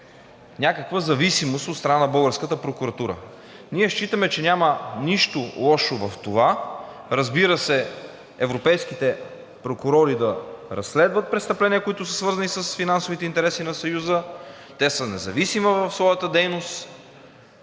някаква зависимост от страна на българската прокуратура. Ние считаме, че няма нищо лошо в това, разбира се, европейските прокурори да разследват престъпления, които са свързани с финансовите интереси на Съюза, те са независими в своята дейност,